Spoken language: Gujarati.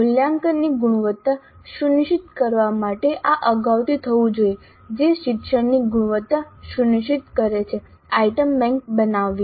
મૂલ્યાંકનની ગુણવત્તા સુનિશ્ચિત કરવા માટે આ અગાઉથી થવું જોઈએ જે શિક્ષણની ગુણવત્તા સુનિશ્ચિત કરે છે આઇટમ બેંક બનાવવી